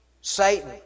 Satan